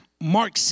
Mark